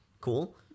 cool